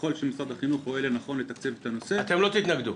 ככל שמשרד החינוך רואה לנכון לתקצב את הנושא -- אתם לא תתנגדו?